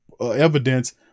evidence